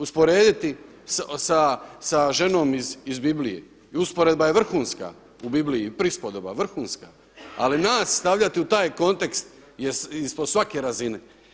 Usporediti sa ženom iz Biblije i usporedba je vrhunska u Bibliji, prispodoba vrhunska, ali nas stavljati u taj kontekst je ispod svake razine.